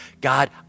God